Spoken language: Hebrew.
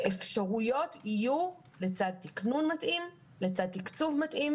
שהאפשרויות יהיו לצד תיקנון מתאים ולצד תקצוב מתאים.